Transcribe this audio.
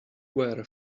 were